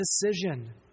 decision